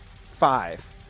five